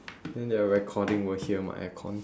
then their recording will hear my aircon